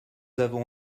avons